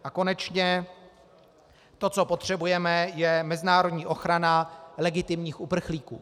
A konečně to, co potřebujeme, je mezinárodní ochrana legitimních uprchlíků.